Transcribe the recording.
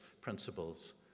principles